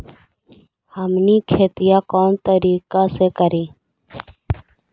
हमनी खेतीया कोन तरीका से करीय?